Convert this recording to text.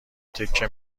تکه